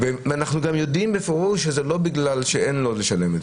ואנחנו גם יודעים בפירוש שזה לא בגלל שאין לו לשלם,